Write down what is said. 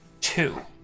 two